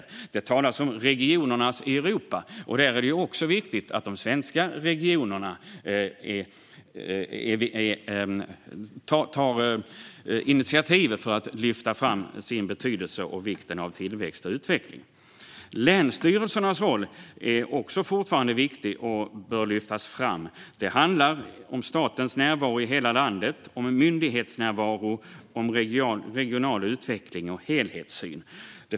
Det talas om "regionernas Europa", och det är viktigt att också de svenska regionerna tar initiativ för att lyfta fram sin betydelse och vikten av tillväxt och utveckling. Länsstyrelsernas roll är fortfarande viktig och bör lyftas fram. Det handlar om statens närvaro i hela landet, myndighetsnärvaro, regional utveckling och helhetssyn.